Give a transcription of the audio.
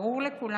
זה ברור לכולנו,